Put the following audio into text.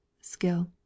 Skill